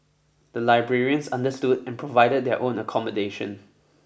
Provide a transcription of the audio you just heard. the librarians understood and provided their own accommodation